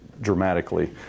dramatically